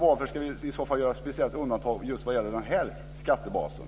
Varför ska vi i så fall göra ett speciellt undantag just vad gäller den här skattebasen?